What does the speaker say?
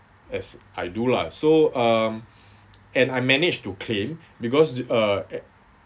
as I do lah so um and I managed to claim because uh at